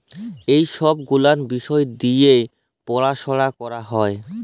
ই ছব গুলাল বিষয় দিঁয়ে পরাশলা ক্যরা হ্যয়